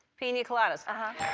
pina coladas. ah